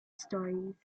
stories